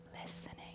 listening